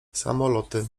samoloty